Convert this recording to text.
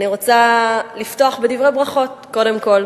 אני רוצה לפתוח בדברי ברכות, קודם כול.